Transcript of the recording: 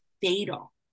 fatal